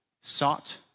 sought